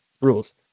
rules